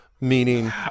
meaning